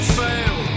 fail